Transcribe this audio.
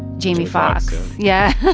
jamie foxx. yeah